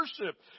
worship